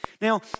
Now